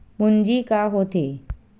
पूंजी का होथे?